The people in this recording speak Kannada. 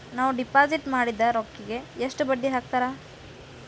ನಾವು ಡಿಪಾಸಿಟ್ ಮಾಡಿದ ರೊಕ್ಕಿಗೆ ಎಷ್ಟು ಬಡ್ಡಿ ಹಾಕ್ತಾರಾ?